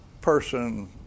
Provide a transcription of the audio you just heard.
person